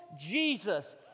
Jesus